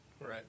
Right